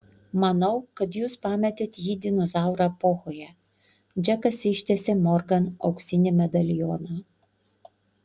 manau kad jūs pametėt jį dinozaurų epochoje džekas ištiesė morgan auksinį medalioną